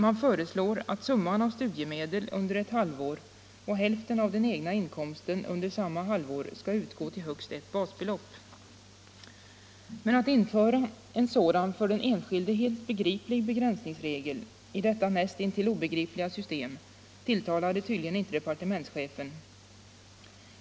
Man föreslår att summan av studiemedel under ett halvår och hälften av den egna inkomsten under samma halvår skall få uppgå till högst ett basbelopp. Men att införa en sådan för den enskilde helt begriplig begränsningsregel i detta näst intill obegripliga system tilltalar tydligen inte departementschefen.